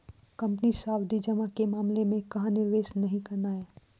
Company सावधि जमा के मामले में कहाँ निवेश नहीं करना है?